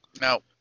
Now